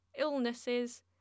illnesses